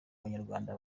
banyarwanda